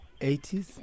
80s